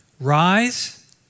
Rise